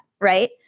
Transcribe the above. right